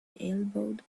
elbowed